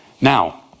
Now